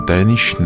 Danish